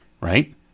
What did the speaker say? Right